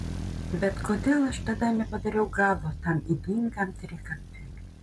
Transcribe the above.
bet kodėl aš tada nepadariau galo tam ydingam trikampiui